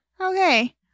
Okay